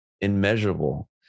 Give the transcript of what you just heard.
immeasurable